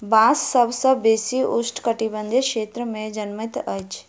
बांस सभ सॅ बेसी उष्ण कटिबंधीय क्षेत्र में जनमैत अछि